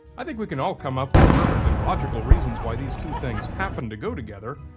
i think we can all come up with perfectly logical reasons why these two things happen to go together.